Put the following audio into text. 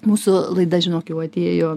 mūsų laida žinok jau atėjo